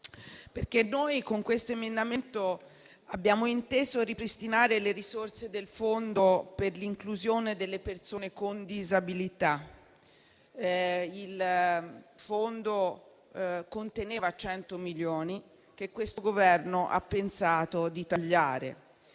perché con questa proposta abbiamo inteso ripristinare le risorse del Fondo per l'inclusione delle persone con disabilità. Il Fondo conteneva 100 milioni che questo Governo ha pensato di tagliare.